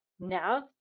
Now